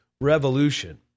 revolution